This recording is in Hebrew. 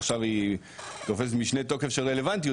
עכשיו תופסת משנה תוקף של רלוונטיות,